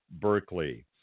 Berkeley